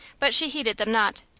but she heeded them not.